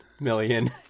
million